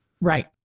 Right